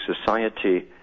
society